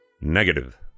Negative